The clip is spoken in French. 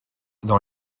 dans